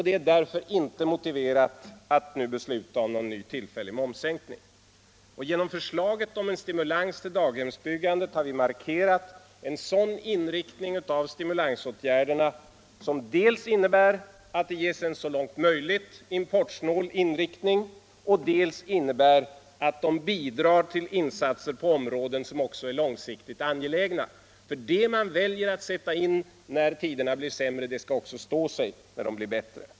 Det är därför inte motiverat att nu besluta om någon ny tillfällig momssänkning. Genom förslaget om en stimulans till daghemsbyggandet har vi markerat en sådan inriktning av stimulansåtgärderna som dels innebär att de ges en så långt möjligt importsnål inriktning, dels innebär att de bidrar till insatser på områden som är långsiktigt angelägna. Det man väljer att sätta in när tiderna blir sämre skall stå sig också när de blir bättre.